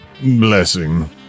blessing